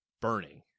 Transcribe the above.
burning